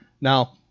Now